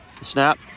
Snap